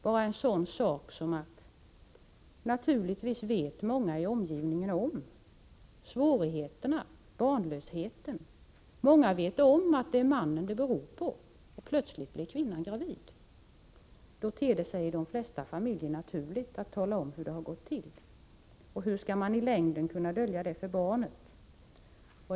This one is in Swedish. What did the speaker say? Bara en sådan sak som att många i omgivningen vet om svårigheterna med barnlösheten. Många vet om att det är mannen det beror på, men vad händer när kvinnan plötsligt blir gravid? Det ter sig då i de flesta familjer naturligt att tala om hur det har gått till. Hur skall man i längden kunna dölja detta för barnet?